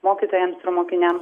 mokytojams ir mokiniams